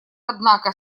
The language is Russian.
однако